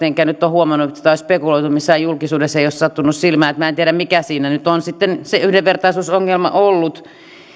enkä nyt ole huomannut että sitä olisi spekuloitu missään julkisuudessa ei ole sattunut silmään niin että minä en tiedä mikä siinä nyt on sitten se yhdenvertaisuusongelma ollut ja